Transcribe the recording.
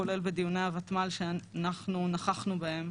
כולל בדיוני הוותמ"ל שאנחנו נכחנו בהם.